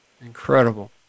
Incredible